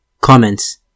Comments